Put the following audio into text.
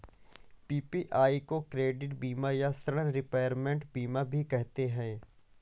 PPI को credit बीमा या ॠण रिपेयरमेंट बीमा भी कहते हैं